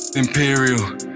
Imperial